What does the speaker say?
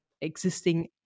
existing